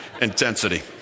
intensity